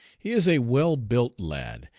he is a well-built lad,